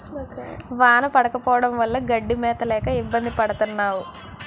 వాన పడకపోవడం వల్ల గడ్డి మేత లేక ఇబ్బంది పడతన్నావు